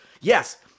Yes